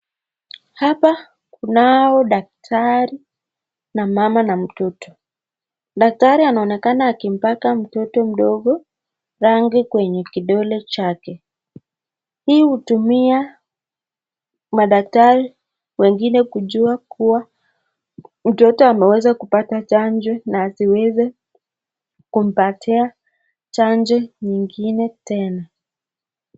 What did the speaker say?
Hapa kunao daktari na mama na mtoto, daktari anaonekana akimoaka mtoto mdogo rangi kwenye kidole chake, hii hutumia madaktari wengine kujua kuwa mtoto ameweza kupata chanjo na asiweze kumpatia chanjo nyingine tena.